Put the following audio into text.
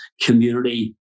community